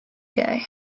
gay